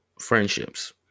Friendships